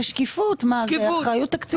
זה שקיפות, זה אחריות תקציבית.